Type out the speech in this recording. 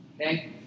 okay